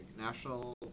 national